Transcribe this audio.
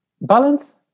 balance